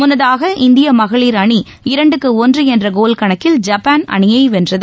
முன்னதாக இந்திய மகளிர் அணி இரண்டுக்கு ஒன்று என்ற கோல் கணக்கில் ஜப்பான் அணியை வென்றது